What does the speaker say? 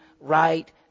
right